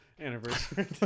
Anniversary